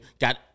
got